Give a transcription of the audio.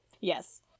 Yes